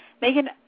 Megan